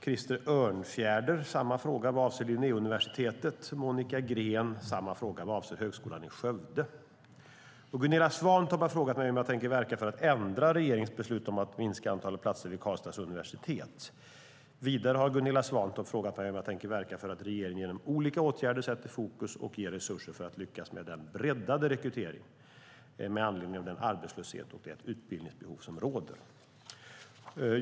Krister Örnfjäder har samma fråga vad avser Linnéuniversitetet, och Monica Green har samma fråga vad avser Högskolan i Skövde. Gunilla Svantorp har frågat mig om jag tänker verka för att ändra regeringens beslut om att minska antalet platser vid Karlstads universitet. Vidare har Gunilla Svantorp frågat mig om jag tänker verka för att regeringen genom olika åtgärder sätter fokus och ger resurser för att lyckas med den breddade rekryteringen med anledning av den arbetslöshet och det utbildningsbehov som råder.